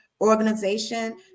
organization